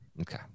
Okay